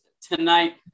tonight